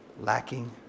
lacking